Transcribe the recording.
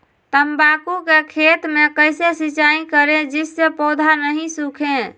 तम्बाकू के खेत मे कैसे सिंचाई करें जिस से पौधा नहीं सूखे?